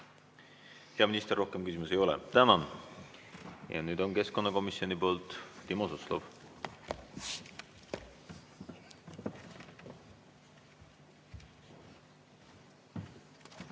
Hea minister, rohkem küsimusi ei ole. Tänan! Nüüd keskkonnakomisjoni nimel Timo Suslov.